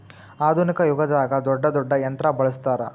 ಆದುನಿಕ ಯುಗದಾಗ ದೊಡ್ಡ ದೊಡ್ಡ ಯಂತ್ರಾ ಬಳಸ್ತಾರ